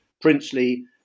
princely